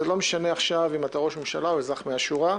ולא משנה אם אתה ראש ממשלה או אזרח מהשורה.